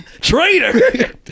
Traitor